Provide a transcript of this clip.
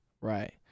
Right